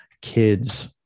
kids